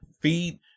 feed